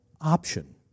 option